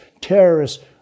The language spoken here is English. terrorists